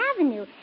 Avenue